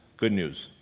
good news,